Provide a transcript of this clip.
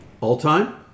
All-time